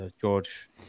george